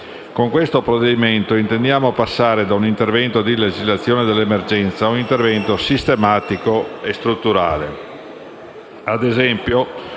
Con il provvedimento in esame intendiamo passare da un intervento di legislazione d'emergenza ad un intervento sistematico e strutturale.